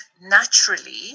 naturally